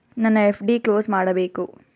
ನನ್ನ FD close ಮಾಡಬೇಕು